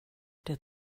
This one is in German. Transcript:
der